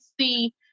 see